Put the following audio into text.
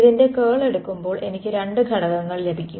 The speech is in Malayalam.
ഇതിന്റെ കേൾ എടുക്കുമ്പോൾ എനിക്ക് രണ്ട് ഘടകങ്ങൾ ലഭിക്കും